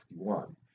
61